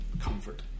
comfort